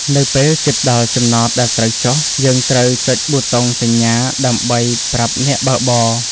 នៅពេលជិតដល់ចំណតដែលត្រូវចុះ យើងត្រូវចុចប៊ូតុងសញ្ញាដើម្បីប្រាប់អ្នកបើកបរ។